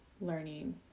learning